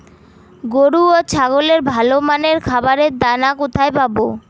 গরু ও ছাগলের ভালো মানের খাবারের দানা কোথায় পাবো?